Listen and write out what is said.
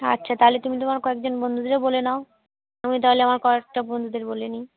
আচ্ছা তাহলে তুমি তোমার কয়েকজন বন্ধুদেরও বলে নাও আমি তাহলে আমার কয়েকটা বন্ধুদের বলে নিই